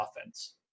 offense